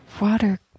water